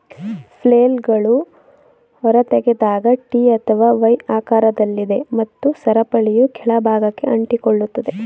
ಫ್ಲೇಲ್ಗಳು ಹೊರತೆಗೆದಾಗ ಟಿ ಅಥವಾ ವೈ ಆಕಾರದಲ್ಲಿದೆ ಮತ್ತು ಸರಪಳಿಯು ಕೆಳ ಭಾಗಕ್ಕೆ ಅಂಟಿಕೊಳ್ಳುತ್ತದೆ